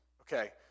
okay